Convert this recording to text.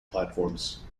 platforms